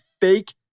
fake